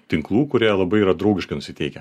tinklų kurie labai yra draugiškai nusiteikę